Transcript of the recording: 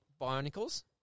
Bionicles